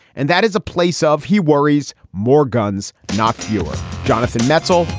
and that is a place of he worries more guns, not fewer jonathan metzl,